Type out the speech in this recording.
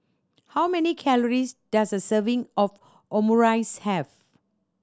how many calories does a serving of Omurice have